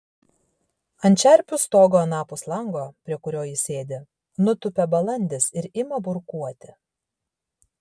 ant čerpių stogo anapus lango prie kurio ji sėdi nutūpia balandis ir ima burkuoti